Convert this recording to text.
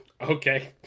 Okay